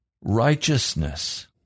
Righteousness